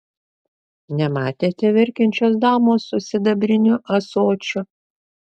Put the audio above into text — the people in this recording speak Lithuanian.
nematėte verkiančios damos su sidabriniu ąsočiu